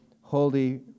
holy